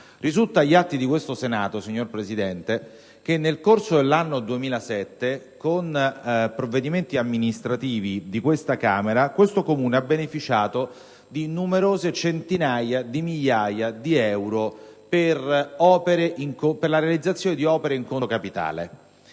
Risulta agli atti del Senato che nel corso dell'anno 2007, con provvedimenti amministrativi di questa Camera, il suddetto Comune ha beneficiato di numerose centinaia di migliaia di euro per la realizzazione di opere in conto capitale.